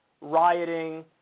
rioting